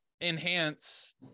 enhance